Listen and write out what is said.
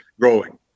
growing